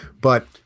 but-